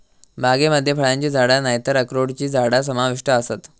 बागेमध्ये फळांची झाडा नायतर अक्रोडची झाडा समाविष्ट आसत